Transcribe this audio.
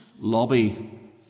lobby